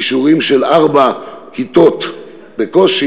כישורים של ארבע כיתות בקושי,